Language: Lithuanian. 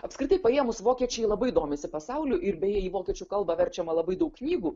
apskritai paėmus vokiečiai labai domisi pasauliu ir beje į vokiečių kalbą verčiama labai daug knygų